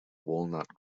walnut